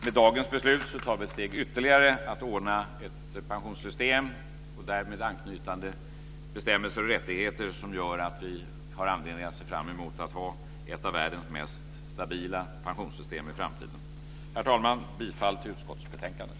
Med dagens beslut tar vi ytterligare ett steg mot att ordna ett pensionssystem och därmed anknytande bestämmelser och rättigheter som gör att vi har anledning att se fram emot att ha ett av världens mest stabila pensionssystem i framtiden. Herr talman! Bifall till utskottets förslag!